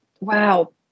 Wow